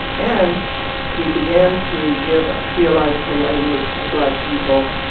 and he began to give theological language to black people.